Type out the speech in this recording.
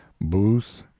booth